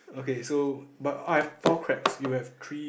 okay so but I've four cracks you have three